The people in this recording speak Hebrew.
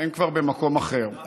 הם כבר במקום אחר.